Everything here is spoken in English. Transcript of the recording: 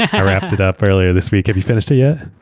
i wrapped it up earlier this week. have you finished yeah